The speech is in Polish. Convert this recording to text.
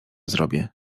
zrobię